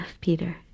Peter